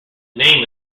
name